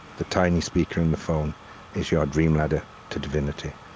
the tiny speaker in the phone is your dream-ladder to divinity.